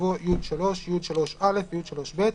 יבוא "י3, י3א, י3ב".